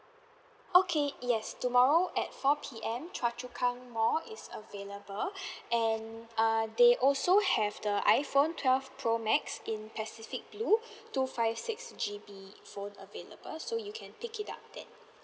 okay yes tomorrow at four P_M choa chu kang mall is available and uh they also have the iphone twelve pro max in pacific blue two five six G_B phone available so you can pick it up there